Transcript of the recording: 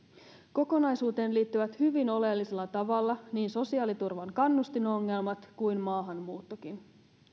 kokonaisuuteen liittyvät hyvin oleellisella tavalla niin sosiaaliturvan kannustinongelmat kuin maahanmuuttokin